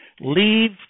Leave